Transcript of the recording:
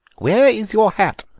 where is your hat?